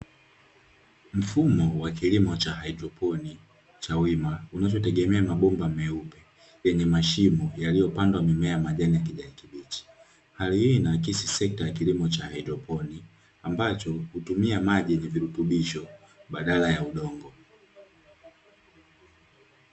Mfumo wa kilimo cha haidroponi cha wima unachotegemea mabomba meupe yenye mashimo yaliyopandwa mimea majani ya kijani kibichi, hali hii inaakisi sekta ya kilimo cha hydroponi ambacho hutumia maji na virutubisho badala ya udongo.